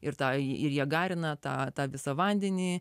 ir tai ir jie garina tą visą vandenį